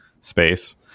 space